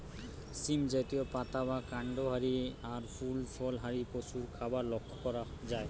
সীম জাতীয়, পাতা বা কান্ড হারি আর ফুল ফল হারি পশুর খাবার লক্ষ করা যায়